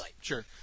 Sure